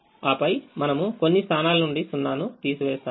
ఆపై మనము కొన్ని స్థానాల నుండి θ ను తీసివేస్తాము